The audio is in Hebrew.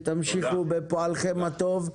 תמשיכו בפועלכם הטוב.